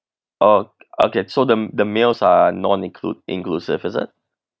oh okay so the the meals are non includ~ inclusive is it